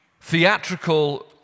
theatrical